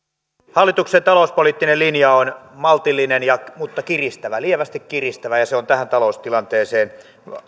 hallituksen talouspoliittinen linja on maltillinen mutta kiristävä lievästi kiristävä ja se on tähän taloustilanteeseen